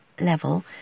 level